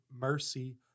mercy